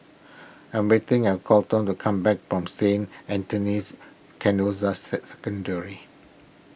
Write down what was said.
I'm waiting at Coleton to come back from Saint Anthony's Canossian